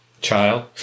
child